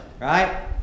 right